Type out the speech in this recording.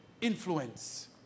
influence